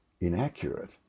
inaccurate